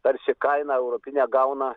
tarsi kaina europinę gauna